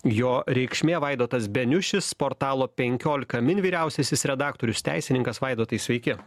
jo reikšmė vaidotas beniušis portalo penkiolika min vyriausiasis redaktorius teisininkas vaidotai sveiki